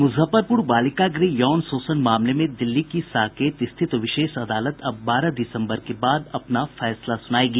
मुजफ्फरपुर बालिका गृह यौन शोषण मामले में दिल्ली की साकेत स्थित विशेष अदालत अब बारह दिसम्बर के बाद अपना फैसला सुनायेगी